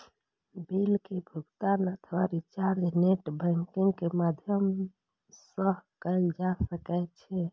bill के भुगातन अथवा रिचार्ज नेट बैंकिंग के माध्यम सं कैल जा सकै छै